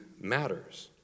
matters